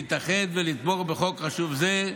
להתאחד ולתמוך בחוק חשוב זה,